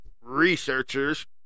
researchers